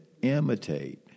imitate